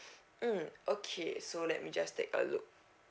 mm okay so let me just take a look